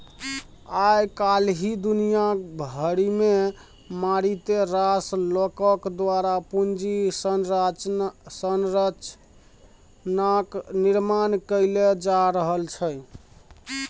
आय काल्हि दुनिया भरिमे मारिते रास लोकक द्वारा पूंजी संरचनाक निर्माण कैल जा रहल छै